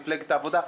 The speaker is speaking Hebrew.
מפלגת העבודה.